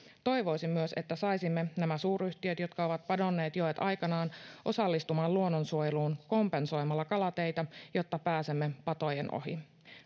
toivoisin myös että saisimme nämä suuryhtiöt jotka ovat padonneet joet aikanaan osallistumaan luonnonsuojeluun kompensoimalla kalateitä jotta pääsemme patojen ohi